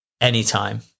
anytime